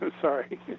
Sorry